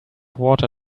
water